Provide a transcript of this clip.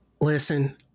Listen